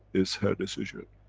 it's her decision,